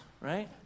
right